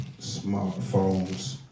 smartphones